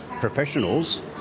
professionals